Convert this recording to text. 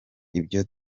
ibyo